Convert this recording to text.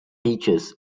teaches